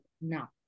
Now